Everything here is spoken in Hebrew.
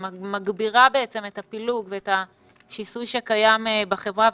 מגבירה בעצם את הפילוג ואת השיסוי שקיים בחברה,